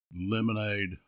lemonade